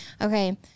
Okay